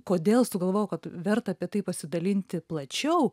kodėl sugalvojau kad verta apie tai pasidalinti plačiau